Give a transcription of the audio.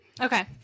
Okay